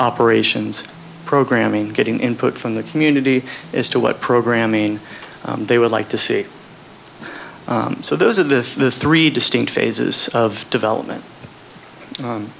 operations programming getting input from the community as to what programming they would like to see so those are the three distinct phases of development